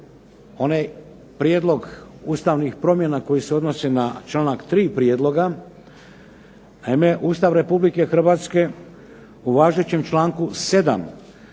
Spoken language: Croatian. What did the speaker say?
onaj prijedlog ustavnih promjena koji se odnosi na članak 3. prijedloga, naime Ustav RH u važećem članku 7.